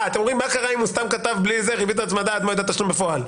אתם אומרים מה קרה אם הוא סתם כתב כיבית והצמדה עד מועד התשלום בפועל.